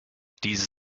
diese